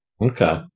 Okay